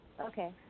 Okay